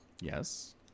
Yes